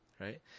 right